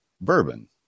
bourbon